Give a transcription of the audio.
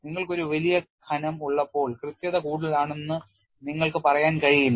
നിങ്ങൾക്ക് ഒരു വലിയ കനം ഉള്ളപ്പോൾ കൃത്യത കൂടുതലാണെന്ന് നിങ്ങൾക്ക് പറയാൻ കഴിയില്ല